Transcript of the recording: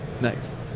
Nice